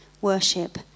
worship